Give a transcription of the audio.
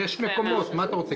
שישה מקומות, מה אתה רוצה?